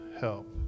help